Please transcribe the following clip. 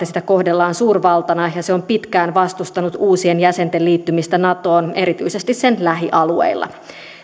sitä kohdellaan suurvaltana ja se on pitkään vastustanut uusien jäsenten liittymistä natoon erityisesti sen lähialueilla